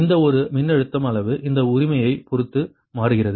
இந்த ஒரு மின்னழுத்தம் அளவு அந்த உரிமையைப் பொறுத்து மாறுகிறது